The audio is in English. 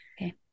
Okay